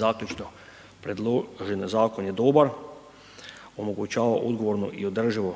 Zaključno, predložen zakon je dobar, omogućava odgovorno i održivo